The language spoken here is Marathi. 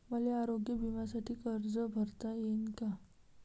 मले आरोग्य बिम्यासाठी अर्ज करता येईन का?